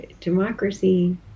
democracy